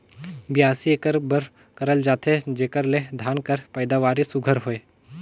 बियासी एकर बर करल जाथे जेकर ले धान कर पएदावारी सुग्घर होए